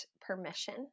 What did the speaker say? permission